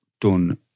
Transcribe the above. done